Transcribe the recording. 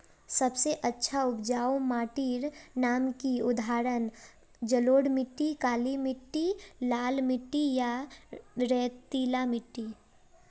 सबसे अच्छा उपजाऊ माटिर नाम की उदाहरण जलोढ़ मिट्टी, काली मिटटी, लाल मिटटी या रेतीला मिट्टी?